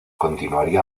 continuaría